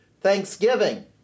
thanksgiving